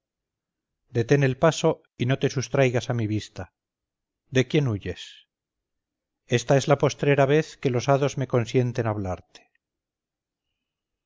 detén el paso y no te sustraigas a mi vista de quién huyes esta es la postrera vez que los hados me consienten hablarte